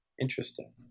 Interesting